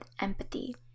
empathy